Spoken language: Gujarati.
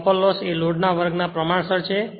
કોપર લોસ એ લોડના વર્ગ ના પ્રમાણસર છે